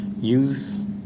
use